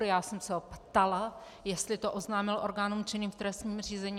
Já jsem se ho ptala, jestli to oznámil orgánům činným v trestním řízení.